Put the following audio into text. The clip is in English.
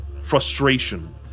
frustration